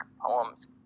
poems